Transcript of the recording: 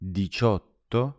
diciotto